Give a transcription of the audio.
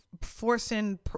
forcing